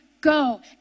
Go